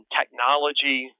technology